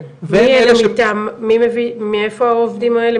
מי מביא, מאיפה העובדים האלה?